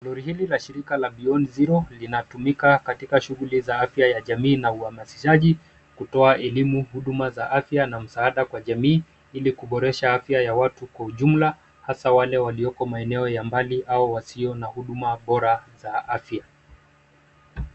Lori hili la shirika la Beyond Zero linatumika katika shughuli za afya ya jamii na uhamasishaji kutoa elimu, huduma za afya na msaada kwa jamii ili kuboresha afya ya watu kwa ujumla hasa wale walioko maeneo ya mbali au wasio na huduma bora za afya.